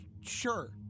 sure